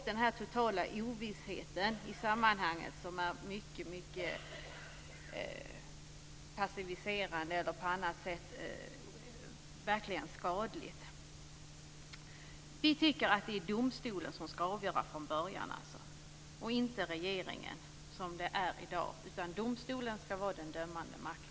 Den totala ovissheten i det här sammanhanget är mycket passiviserande och skadlig. Vi tycker att det är domstolen som skall avgöra detta från början, och inte regeringen som det är i dag. Domstolen skall vara den dömande makten.